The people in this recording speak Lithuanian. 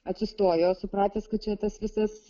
atsistojo supratęs kad čia tas visas